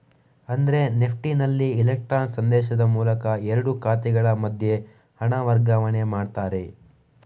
ಅಂದ್ರೆ ನೆಫ್ಟಿನಲ್ಲಿ ಇಲೆಕ್ಟ್ರಾನ್ ಸಂದೇಶದ ಮೂಲಕ ಎರಡು ಖಾತೆಗಳ ಮಧ್ಯೆ ಹಣ ವರ್ಗಾವಣೆ ಮಾಡ್ತಾರೆ